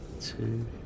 two